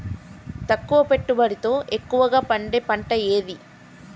తక్కువ పెట్టుబడితో ఎక్కువగా పండే పంట ఏది?